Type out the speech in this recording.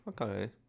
okay